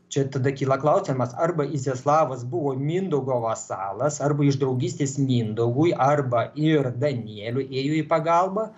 čia tada kyla klausimas arba iziaslavas buvo mindaugo vasalas arba iš draugystės mindaugui arba ir danieliui ėjo į pagalbą